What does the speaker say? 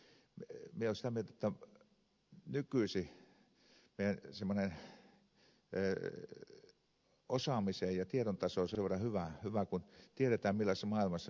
minä olen sitä mieltä jotta nykyisin meidän osaamisemme ja tietotasomme on sen verran hyvä kun tiedetään millaisessa maailmassa me elämme vielä